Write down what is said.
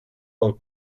pel